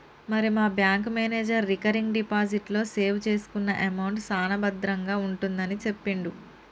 మరి మా bank manager recurring deposit లో సేవ్ చేసుకున్న అమౌంట్ సాన భద్రంగా ఉంటుందని సెప్పిండు